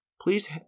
Please